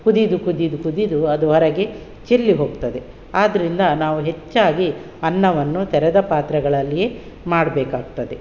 ಕುದಿದು ಕುದಿದು ಕುದಿದು ಅದು ಹೊರಗೆ ಚೆಲ್ಲಿ ಹೋಗ್ತದೆ ಆದ್ದರಿಂದ ನಾವು ಹೆಚ್ಚಾಗಿ ಅನ್ನವನ್ನು ತೆರೆದ ಪಾತ್ರೆಗಳಲ್ಲಿಯೇ ಮಾಡಬೇಕಾಗ್ತದೆ